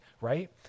Right